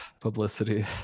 publicity